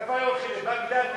איפה היו הולכים, לבגדד?